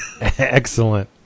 Excellent